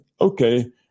okay